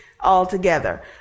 altogether